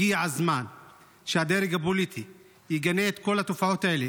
הגיע הזמן שהדרג הפוליטי יגנה את כל התופעות האלה,